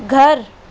घर